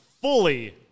fully